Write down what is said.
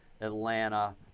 Atlanta